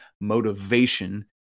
motivation